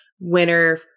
winner